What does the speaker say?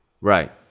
Right